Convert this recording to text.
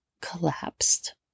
collapsed